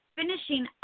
finishing